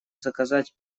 заказать